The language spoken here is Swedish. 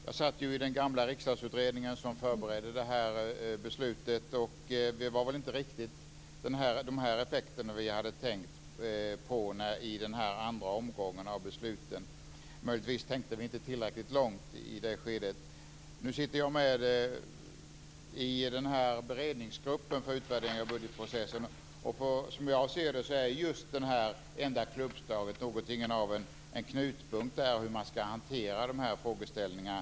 Jag satt i den gamla Riksdagsutredningen, som förberedde det här beslutet, och det var väl inte riktigt de här effekterna som vi hade tänkt oss i den andra omgången av besluten. Möjligtvis tänkte vi i det skedet inte tillräckligt långt. Jag sitter med i beredningsgruppen för utvärdering av budgetprocessen, och som jag ser det är detta enda klubbslag något av en knutpunkt i hanteringen av de här frågeställningarna.